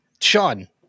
Sean